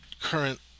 current